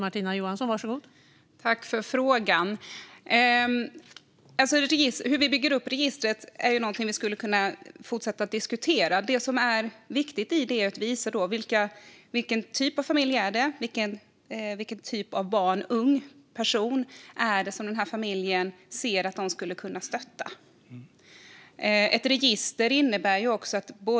Fru talman! Jag tackar för frågan. Hur vi bygger upp registret är något som vi skulle kunna fortsätta att diskutera. Det som är viktigt är att visa vilken typ av familj det är och vilken typ av barn eller ung person som familjen ser att de skulle kunna stötta.